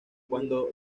cuando